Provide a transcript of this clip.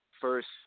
first